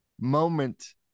Moment